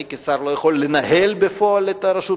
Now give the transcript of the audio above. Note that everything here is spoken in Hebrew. אני, כשר, לא יכול לנהל בפועל את הרשות.